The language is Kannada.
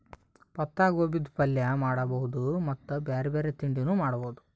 ಪತ್ತಾಗೋಬಿದ್ ಪಲ್ಯ ಮಾಡಬಹುದ್ ಮತ್ತ್ ಬ್ಯಾರೆ ಬ್ಯಾರೆ ತಿಂಡಿನೂ ಮಾಡಬಹುದ್